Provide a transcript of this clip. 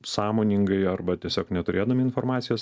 sąmoningai arba tiesiog neturėdami informacijos